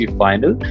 final